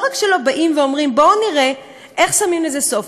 לא רק שלא באים ואומרים: בואו נראה איך שמים לזה סוף,